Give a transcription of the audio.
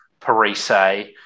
Parise